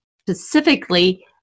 specifically